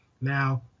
Now